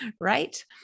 right